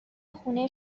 خونه